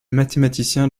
mathématicien